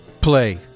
play